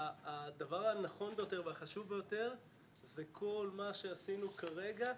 הדבר הנכון ביותר והחשוב ביותר זה כל מה שעשינו כרגע,